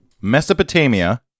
Mesopotamia